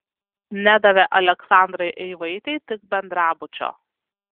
nedavė aleksandrai eivaitei tik bendrabučio